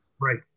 Right